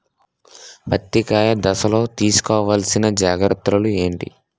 పత్తి కాయ దశ లొ తీసుకోవల్సిన జాగ్రత్తలు ఏంటి?